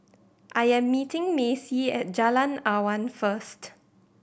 I am meeting Macy at Jalan Awan first